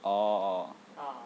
oh oh